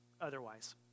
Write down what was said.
otherwise